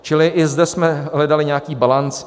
Čili i zde jsme hledali nějaký balanc.